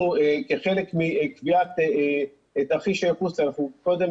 כחלק מקביעת תרחיש הייחוס אנחנו קודם